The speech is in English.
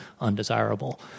undesirable